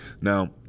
Now